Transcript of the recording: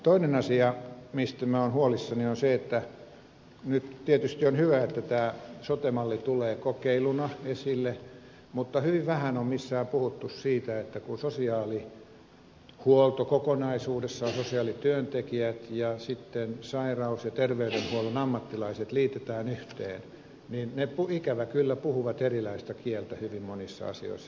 toinen asia mistä minä olen huolissani nyt tietysti on hyvä että tämä sote malli tulee kokeiluna esille ja mistä hyvin vähän on missään puhuttu on se että kun sosiaalihuolto kokonaisuudessaan sosiaalityöntekijät ja sitten sairaus ja terveydenhuollon ammattilaiset liitetään yhteen niin he ikävä kyllä puhuvat erilaista kieltä hyvin monissa asioissa keskenään